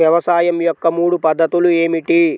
వ్యవసాయం యొక్క మూడు పద్ధతులు ఏమిటి?